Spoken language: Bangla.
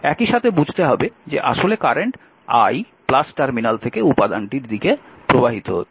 একই সাথে বুঝতে হবে যে আসলে কারেন্ট i টার্মিনাল থেকে উপাদানটির দিকে প্রবাহিত হচ্ছে